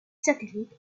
satellites